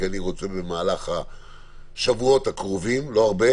כי אני רוצה במהלך השבועות הקרובים לא הרבה